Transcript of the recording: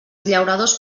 llauradors